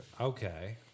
Okay